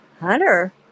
Hunter